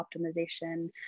optimization